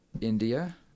India